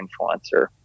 influencer